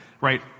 Right